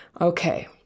Okay